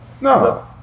No